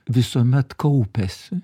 visuomet kaupiasi